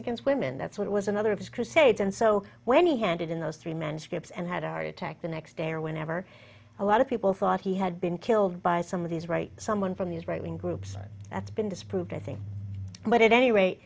against women that's what it was another of his crusades and so when he handed in those three men scripts and had a heart attack the next day or whenever a lot of people thought he had been killed by some of these right someone from these right wing groups that's been disproved i think but at any rate